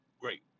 Great